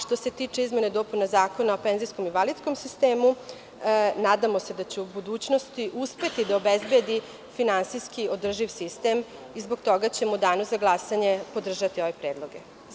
Što se tiče izmena i dopuna Zakona o penzijsko-invalidskom sistemu, nadamo se da će u budućnosti uspeti da obezbedi finansijski održiv sistem i zbog toga ćemo u danu za glasanje podržati ove predloge.